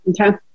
Okay